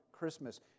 Christmas